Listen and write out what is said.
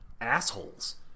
assholes